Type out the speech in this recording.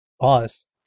Pause